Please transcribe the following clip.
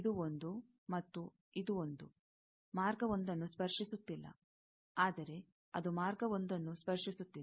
ಇದು ಒಂದು ಮತ್ತು ಇದು ಒಂದು ಮಾರ್ಗ 1ನ್ನು ಸ್ಪರ್ಶಿಸುತ್ತಿಲ್ಲ ಆದರೆ ಅದು ಮಾರ್ಗ 1ನ್ನು ಸ್ಪರ್ಶಿಸುತ್ತಿದೆ